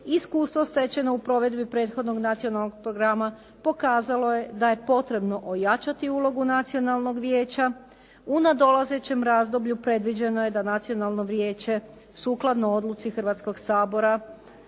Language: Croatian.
iskustvo stečeno u provedbi prethodnog nacionalnog programa pokazalo je da je potrebno ojačati ulogu Nacionalnog vijeća u nadolazećem razdoblju predviđeno je da Nacionalno vijeće sukladno odluci Hrvatskog sabora